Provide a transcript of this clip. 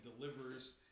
delivers